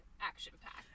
action-packed